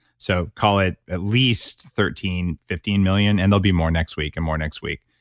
so call it at least thirteen, fifteen million and they'll be more next week and more next week